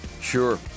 Sure